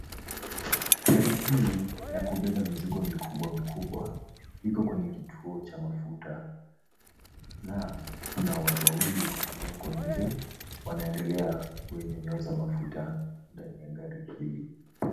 Gari hii la kubeba mizigo mikubwa mikubwa liko kwenye kituo cha mafuta na kuna watu wawili walioko nje wanaendelea kuinyonyonza mafuta ndani ya gari hili.